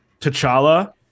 T'Challa